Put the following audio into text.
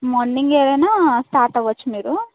morning అయినా start అవ్వచ్చు మీరు